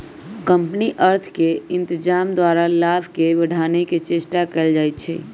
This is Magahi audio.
कंपनी अर्थ के इत्जाम द्वारा लाभ के बढ़ाने के चेष्टा कयल जाइ छइ